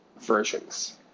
versions